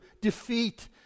defeat